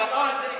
זה נכון.